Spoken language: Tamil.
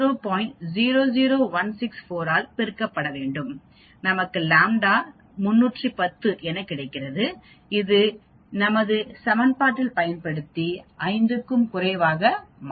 00164 ஆல் பெருக்கப்படும் நமக்கு ஒரு ƛ to 310 என கிடைக்கும் இதை நமது சமன்பாட்டில் பயன்படுத்தி 5 க்கும் குறைவாக மாற்றவும்